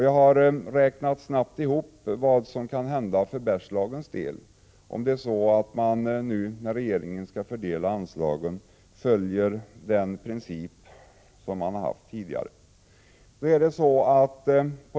Jag har snabbt räknat ihop vad som kunde hända för Bergslagens del, om regeringen, när den skall fördela anslaget, följer den princip som man har haft tidigare.